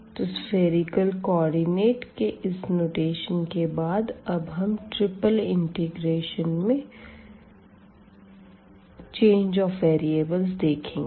तो spherical coordinate के इस नोटेशन के बाद अब हम ट्रिपल इंटेग्रेशन में चेंज ऑफ़ वेरिएबल्स देखेंगे